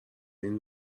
این